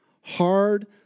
Hard